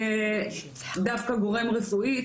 יהיה דווקא גורם רפואי.